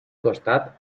costat